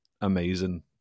amazing